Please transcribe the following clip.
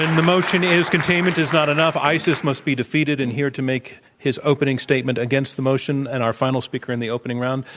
and the motion is containment is not enough isis must be defeated. and here to make his opening statement against the motion and our final speaker in the opening round,